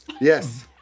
Yes